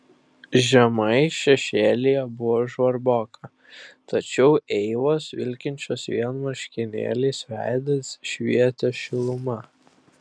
žemai šešėlyje buvo žvarboka tačiau eivos vilkinčios vien marškinėliais veidas švietė šiluma